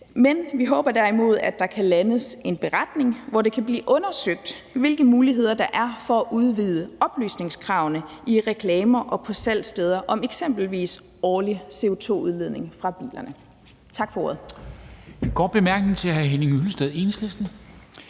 men vi håber, at der kan landes en beretning, hvor det kan blive undersøgt, hvilke muligheder der er for at udvide oplysningskravene i reklamer og på salgssteder om eksempelvis årlig CO2-udledning fra bilerne.